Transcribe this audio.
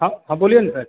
हाँ हाँ बोलिए ना सर